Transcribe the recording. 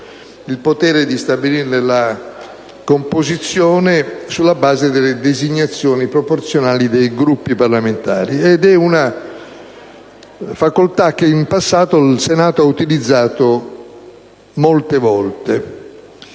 il potere di stabilirne la composizione sulla base delle designazioni proporzionali dei Gruppi parlamentari. Ed è una facoltà che in passato il Senato ha utilizzato molte volte